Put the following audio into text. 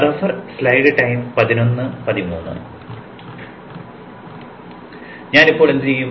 ഞാൻ ഇപ്പോൾ എന്ത് ചെയ്യും